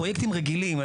פרויקטים רגילים,